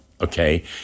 okay